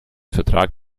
vertrag